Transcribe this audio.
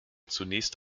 zunächst